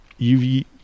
UV